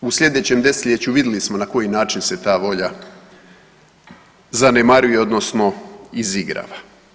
U slijedećem desetljeću vidli smo na koji način se ta volja zanemaruje odnosno izigrava.